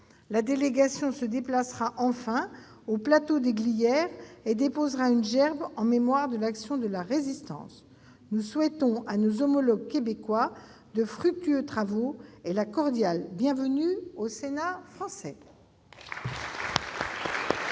La délégation se déplacera enfin au plateau des Glières et déposera une gerbe en mémoire de l'action de la Résistance. Nous souhaitons à nos homologues québécois de fructueux travaux et la plus cordiale bienvenue au Sénat français